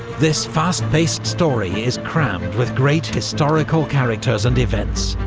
this fast-paced story is crammed with great historical characters and events,